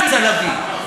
עליזה לביא.